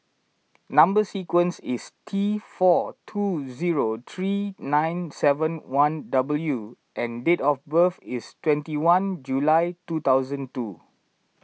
Number Sequence is T four two zero three nine seven one W and date of birth is twenty one July two thousand two